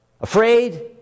Afraid